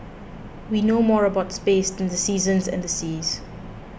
we know more about space than the seasons and the seas